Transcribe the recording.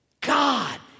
God